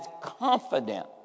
confident